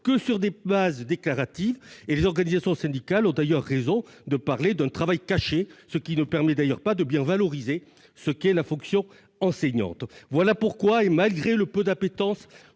que sur des bases déclaratives. Les organisations syndicales sont d'ailleurs fondées à parler de « travail caché », ce qui ne permet pas de bien valoriser la fonction enseignante. Voilà pourquoi, malgré le peu d'appétence